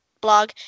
blog